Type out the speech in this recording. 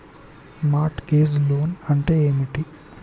Mart gauge loan అంటే ఏమిటి?